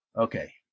Okay